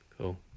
Cool